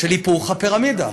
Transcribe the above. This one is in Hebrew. היפוך הפירמידה,